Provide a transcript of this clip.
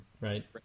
right